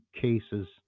cases